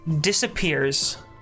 disappears